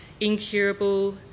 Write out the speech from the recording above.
incurable